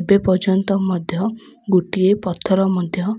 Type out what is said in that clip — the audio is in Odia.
ଏବେ ପର୍ଯ୍ୟନ୍ତ ମଧ୍ୟ ଗୋଟିଏ ପଥର ମଧ୍ୟ